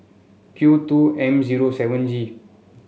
Q two M zero seven G